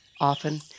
Often